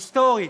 היסטורית,